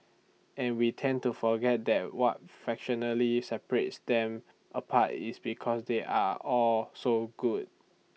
and we tend to forget that what fractionally separates them apart is because they are all so good